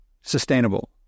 sustainable